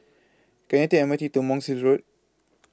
Can I Take M R T to Monk's Hill Road